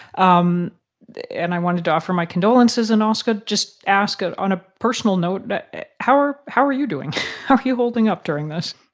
um and i wanted to offer my condolences and also ah just ask ah on a personal note, but how are how are you doing? how are you holding up during this?